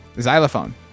Xylophone